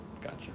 Gotcha